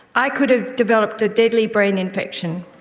i could have developed a deadly brain infection.